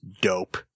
dope